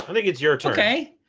i think it's your turn. ok,